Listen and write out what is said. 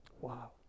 Wow